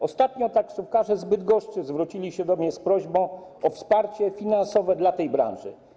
Ostatnio taksówkarze z Bydgoszczy zwrócili się do mnie z prośbą o wsparcie finansowe dla tej branży.